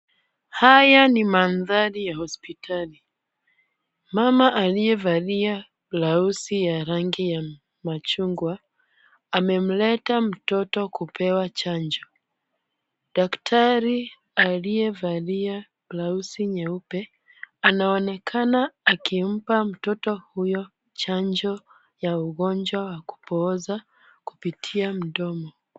Haya ni mandhari ya hospitali. Mama aliyevalia blausi ya rangi ya machungwa amemleta mtoto kupewa chanjo. Daktari aliyevalia blausi nyeupe anaonekana akimpa mtoto huyo chanjo wa ugonjwa wa kupooza kupitia mdomo.